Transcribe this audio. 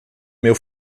meu